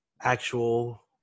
actual